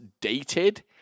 dated